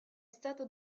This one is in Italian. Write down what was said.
stato